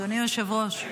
אדוני היושב-ראש?